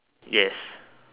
yes